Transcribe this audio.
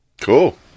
Cool